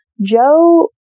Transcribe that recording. Joe